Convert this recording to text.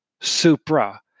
supra